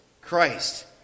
Christ